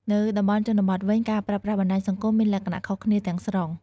នៅតំបន់ជនបទវិញ ការប្រើប្រាស់បណ្ដាញសង្គមមានលក្ខណៈខុសគ្នាទាំងស្រុង។